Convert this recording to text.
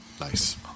Nice